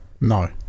No